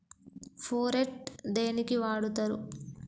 Phorate దేనికి వాడుతరు?